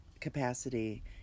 capacity